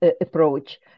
approach